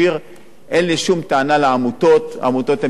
אין לי שום טענה לעמותות, העמותות הן מצוינות,